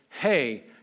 Hey